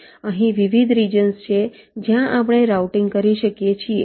અહીં વિવિધ રિજન્સ છે જ્યાં આપણે રાઉટીંગ કરી શકીએ છીએ